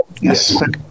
Yes